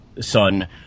son